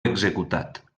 executat